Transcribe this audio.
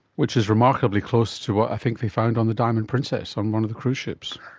which is remarkably close to what i think they found on the diamond princess, on one of the cruise ships.